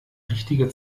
richtige